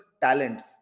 talents